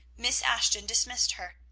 miss ashton dismissed her.